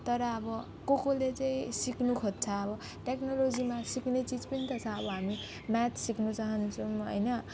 तर अब को कोले चाहिँ सिक्नु खोज्छ अब टेक्नोलोजीमा सिक्ने चिज पनि त छ अब हामी म्याथ्स सिक्नु चाहन्छौँ हैन